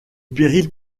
péril